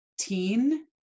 teen